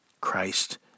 Christ